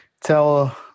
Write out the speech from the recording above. tell